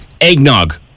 Eggnog